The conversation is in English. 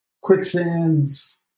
Quicksands